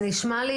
שנייה,